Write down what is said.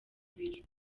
ibiro